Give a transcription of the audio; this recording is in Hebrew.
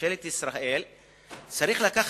בממשלת ישראל צריך להביא